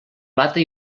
plata